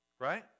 Right